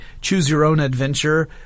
choose-your-own-adventure